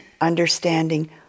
understanding